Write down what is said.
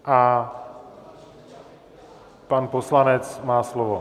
A pan poslanec má slovo.